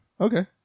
Okay